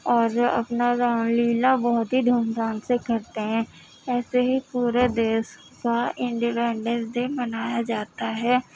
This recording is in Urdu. اور اپنا رام لیلا بہت ہی دھوم دھام سے کرتے ہیں ایسے ہی پورے دیش کا اینڈیپنڈنس ڈے منایا جاتا ہے